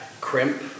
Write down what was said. crimp